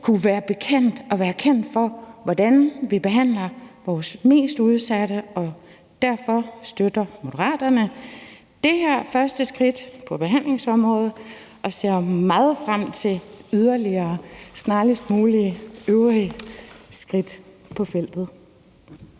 kunne være bekendt og være kendt for, hvordan vi behandler vores mest udsatte, og derfor støtter Moderaterne det her første skridt på behandlingsområdet, og vi ser meget frem til snarest mulige yderligere skridt på feltet.